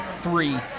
three